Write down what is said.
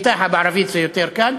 בערבית זה יותר קל.